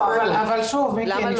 לא, אבל שוב, מיקי, -- למה לא?